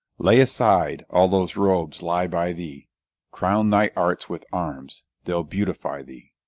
lay aside all those robes lie by thee crown thy arts with arms, they ll beautify thee.